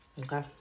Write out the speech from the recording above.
Okay